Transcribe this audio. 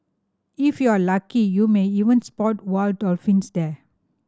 if you are lucky you may even spot wild dolphins there